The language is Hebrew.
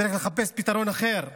צריך לחפש פתרון אחר,